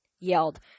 yelled